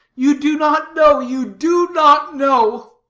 you do not know, you do not know.